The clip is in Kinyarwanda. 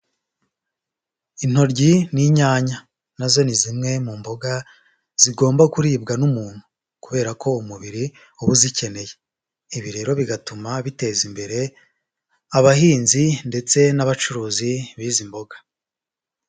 Intoryi n'inyanya na zo ni zimwe mu mboga zigomba kuribwa n'umuntu, kubera ko umubiri uba uzikeneye. Ibi rero bigatuma biteza imbere abahinzi, ndetse n'abacuruzi b'izi mboga.